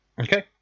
Okay